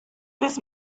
this